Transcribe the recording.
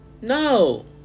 No